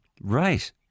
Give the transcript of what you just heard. Right